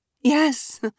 Yes